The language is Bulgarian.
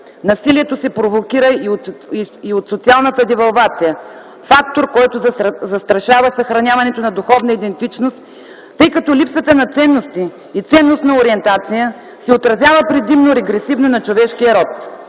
насилието се провокира и от социалната девалвация – фактор, който застрашава съхраняването на духовна идентичност, тъй като липсата на ценности и ценността ориентация се отразява предимно регресивно на човешкия род.